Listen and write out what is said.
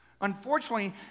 Unfortunately